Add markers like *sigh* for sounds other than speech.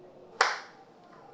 *noise*